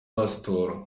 pasitoro